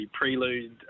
prelude